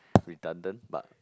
redundant but